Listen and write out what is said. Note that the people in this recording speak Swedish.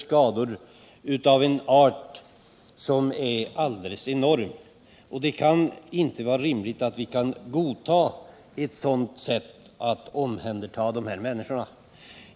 Dessa människor utsätts för alldeles enorma skador. Det kan inte vara rimligt att vi godtar ett sådant sätt att omhänderta människorna.